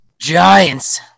Giants